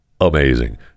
amazing